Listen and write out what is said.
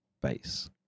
base